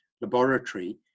laboratory